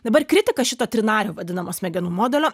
dabar kritika šito trinario vadinamos smegenų modelio